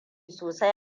sosai